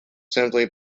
simply